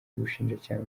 ubushinjacyaha